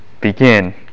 begin